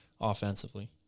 offensively